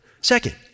Second